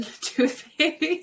toothpaste